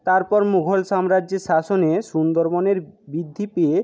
তারপর মুঘল সাম্রাজ্যের শাসনে সুন্দরবনের বৃদ্ধি পেয়ে